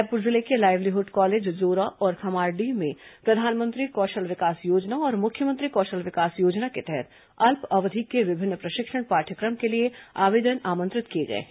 रायपुर जिले के livelihood college Jora और खम्हारडीह में प्रधानमंत्री कौशल विकास योजना और मुख्यमंत्री कौशल विकास योजना के तहत अल्प अवधि के विभिन्न प्रशिक्षण पाठ्यक्रम के लिए आवेदन आंमत्रित किए गए हैं